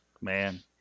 Man